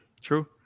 True